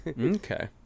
Okay